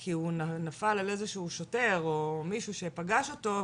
כי הוא נפל על איזשהו שוטר או מישהו שפגש אותו,